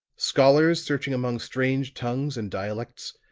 scholars searching among strange tongues and dialects,